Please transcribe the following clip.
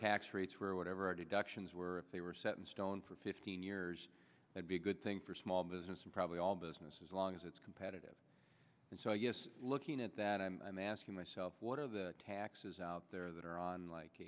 tax rates were whatever our deductions were they were set in stone for fifteen years would be a good thing for small business and probably all business as long as it's competitive and so i guess looking at that i'm asking myself what are the taxes out there that are on like